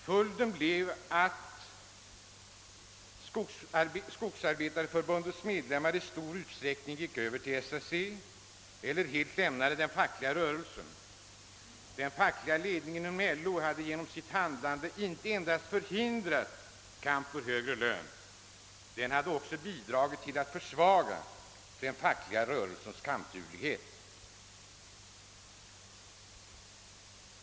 Följden blev att Skogsarbetareförbundets medlemmar i stor utsträckning gick över till SAC eller helt lämnade den fackliga rörelsen. Den fackliga ledningen i LO hade genom sitt handlande inte endast förhindrat kampen för högre lön; den hade också bidragit till att försvaga den fackliga rörelsens kampduglighet.